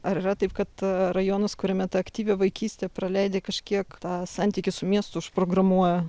ar yra taip kad a rajonas kuriame tą aktyvią vaikystę praleidi kažkiek tą santykį su miestu užprogramuoja